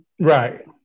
right